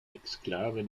exklave